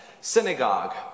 synagogue